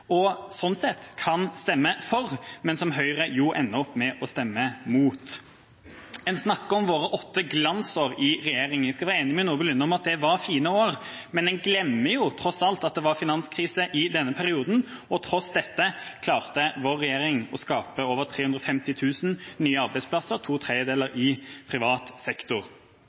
og sånn sett kan stemme for, men som Høyre ender opp med å stemme mot. En snakker om våre åtte glansår i regjering. Jeg skal være enig med Nordby Lunde i at det var fine år, men en glemmer – tross alt – at det var finanskrise i denne perioden, og tross dette klarte vår regjering å skape over 350 000 nye arbeidsplasser, to tredjedeler